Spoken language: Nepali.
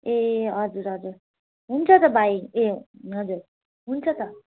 ए हजुर हजुर हुन्छ त भाइ ए हजुर हुन्छ त